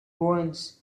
once